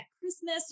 Christmas